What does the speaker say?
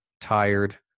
tired